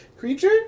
Creature